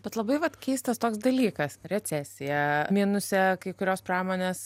bet labai vat keistas toks dalykas recesija minuse kai kurios pramonės